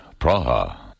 Praha